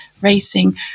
racing